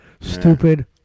stupid